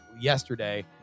yesterday